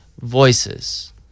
voices